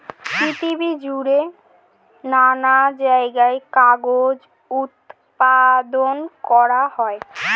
পৃথিবী জুড়ে নানা জায়গায় কাগজ উৎপাদন করা হয়